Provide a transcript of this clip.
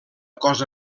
cosa